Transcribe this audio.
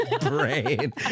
brain